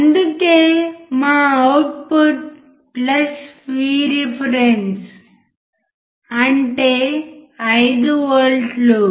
అందుకే మా output V reference అంటే 5 వోల్ట్లు